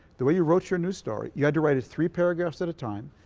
the way you wrote your news story you had to write it three paragraphs at a time,